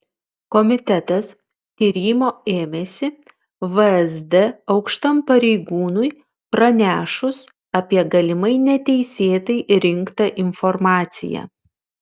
komitetas tyrimo ėmėsi vsd aukštam pareigūnui pranešus apie galimai neteisėtai rinktą informaciją